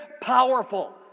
powerful